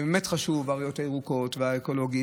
באמת חשובות הריאות הירוקות והאקולוגי,